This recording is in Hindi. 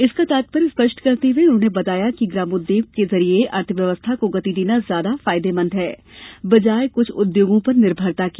इसका तात्पर्य स्पष्ट करते हुए उन्होंने बताया कि ग्रामोद्योग के जरिए अर्थ व्यवस्था को गति देना ज्यादा फायदेमंद है बजाय कुछ उद्योगों पर निर्भरता के